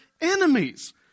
enemies